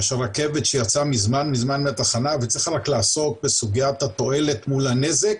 זו רכבת שכבר מזמן יצאה מהתחנה וצריך רק לעסוק בסוגיית התועלת מול הנזק,